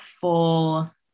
full